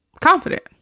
confident